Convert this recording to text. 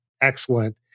excellent